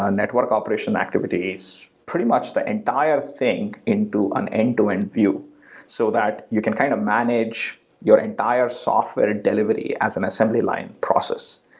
ah network operation activities. activities. pretty much the entire thing into an end-to end view so that you can kind of manage your entire software delivery as an assembly line process.